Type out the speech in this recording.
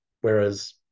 Whereas